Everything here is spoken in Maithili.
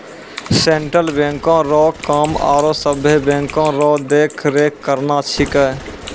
सेंट्रल बैंको रो काम आरो सभे बैंको रो देख रेख करना छिकै